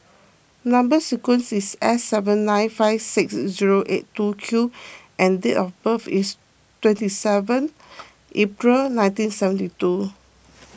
Number Sequence is S seven nine five six zero eight two Q and date of birth is twenty seventh April nineteen seventy two